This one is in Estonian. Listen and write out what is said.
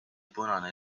punane